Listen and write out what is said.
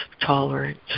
tolerance